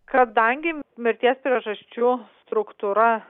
kadangi mirties priežasčių struktūra